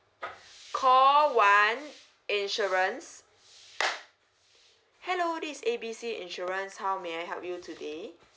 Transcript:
call one insurance hello this is A B C insurance how may I help you today